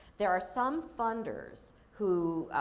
there are some funders who